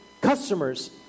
customers